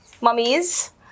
mummies